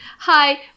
Hi